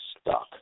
stuck